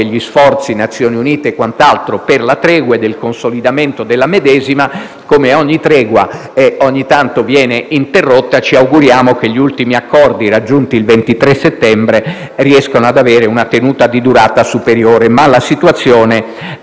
degli sforzi delle Nazioni Unite e quant'altro per la tregua e per il consolidamento della medesima. Come ogni tregua, anche questa ogni tanto viene interrotta; ci auguriamo che gli ultimi accordi raggiunti il 23 settembre riescano ad avere una tenuta di durata superiore, ma la situazione